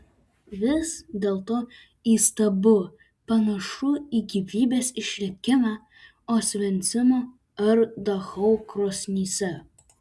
vis dėlto įstabu panašu į gyvybės išlikimą osvencimo ar dachau krosnyse